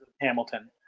Hamilton